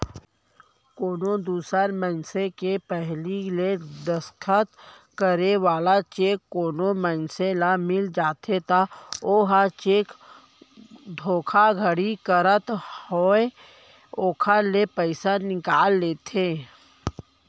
कोनो दूसर मनसे के पहिली ले दस्खत करे वाला चेक कोनो मनसे ल मिल जाथे त ओहा चेक धोखाघड़ी करत होय ओखर ले पइसा निकाल लेथे